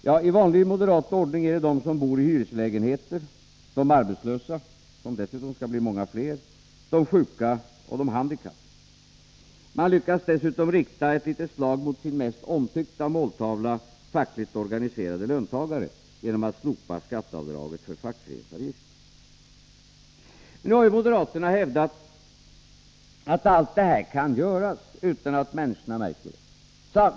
Ja, i vanlig moderat ordning är det de som bor i hyreslägenheter, de arbetslösa, som dessutom skall bli många fler, de sjuka och de handikappade. Man lyckas dessutom rikta ett litet slag mot sin mest omtyckta måltavla, fackligt organiserade löntagare, genom att slopa skatteavdraget för fackföreningsavgiften. Nu har moderaterna hävdat att allt det här kan göras utan att människorna märker det.